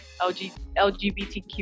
LGBTQ